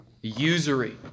Usury